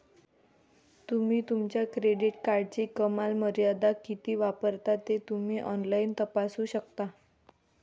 तुम्ही तुमच्या क्रेडिट कार्डची कमाल मर्यादा किती वापरता ते तुम्ही ऑनलाइन तपासू शकता